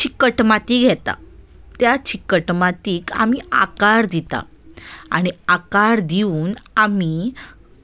चिकट माती घेता त्या चिकट मातीक आमी आकार दिता आनी आकार दिवन आमी